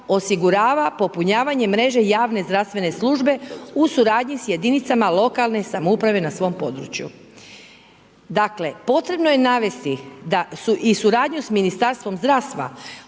osigurava popunjavanjem mreže javne zdravstvene službe u suradnji s jedinicama lokalne samouprave na svom području.“ Dakle, potrebno je navesti da su i suradnju s Ministarstvom zdravstva,